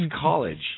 College